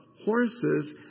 horses